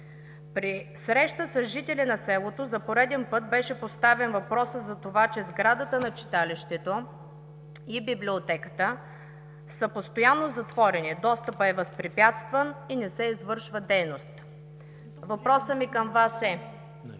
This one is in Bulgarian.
При среща с жители на селото за пореден път беше поставен въпросът за това, че сградата на читалището и библиотеката са постоянно затворени, достъпът е възпрепятстван и не се извършва дейност. Въпросът ми към Вас е: